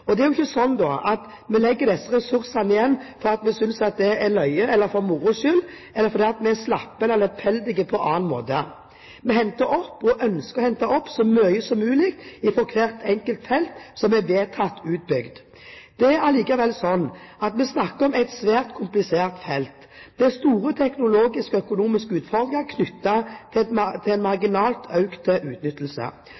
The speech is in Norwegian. Det er jo ikke slik at man legger disse ressursene igjen for moro skyld, eller fordi man er slapp eller lemfeldig på annen måte. Vi henter opp og ønsker å hente opp så mye som mulig fra hvert enkelt felt som er vedtatt utbygd. Det er allikevel slik at vi snakker om et svært komplisert felt. Det er store teknologiske og økonomiske utfordringer knyttet til en marginalt økt utnyttelse. Da er